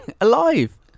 Alive